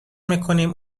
میکنیم